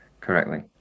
correctly